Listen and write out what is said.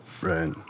Right